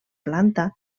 planta